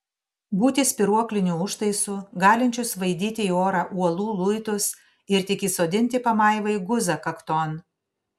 būti spyruokliniu užtaisu galinčiu svaidyti į orą uolų luitus ir tik įsodinti pamaivai guzą kakton